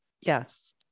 Yes